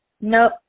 no